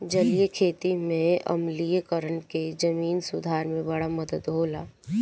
जलीय खेती में आम्लीकरण के जमीन सुधार में बड़ा मदद होला